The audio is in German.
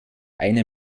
eine